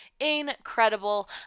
incredible